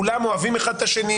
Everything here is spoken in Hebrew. כולם אוהבים אחד את השני,